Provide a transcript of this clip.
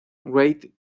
great